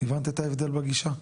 הבנת את ההבדל בגישה?